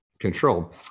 control